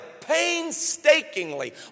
painstakingly